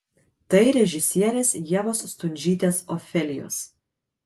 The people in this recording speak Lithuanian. tai režisierės ievos stundžytės ofelijos